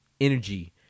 energy